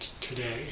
today